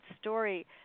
story